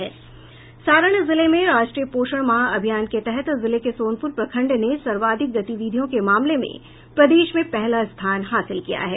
सारण जिले में राष्ट्रीय पोषण माह अभियान के तहत जिले के सोनपूर प्रखंड ने सर्वाधिक गतिविधियों के मामले में प्रदेश में पहला स्थान हासिल किया है